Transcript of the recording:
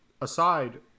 aside